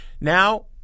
Now